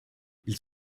ils